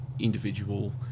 individual